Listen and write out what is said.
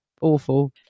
awful